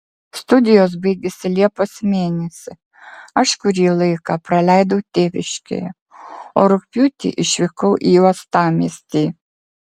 studijos baigėsi liepos mėnesį aš kurį laiką praleidau tėviškėje o rugpjūtį išvykau į uostamiestį